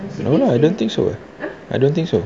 no lah I don't think so [what] I don't think so